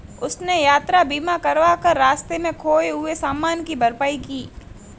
उसने यात्रा बीमा करवा कर रास्ते में खोए हुए सामान की भरपाई की